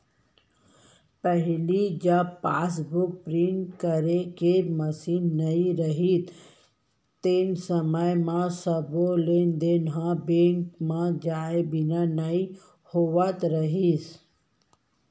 पहिली जब passbook print करे के मसीन नइ रहत रहिस तेन समय म सबो लेन देन ह बेंक म जाए बिना नइ होवत रहिस